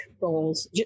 goals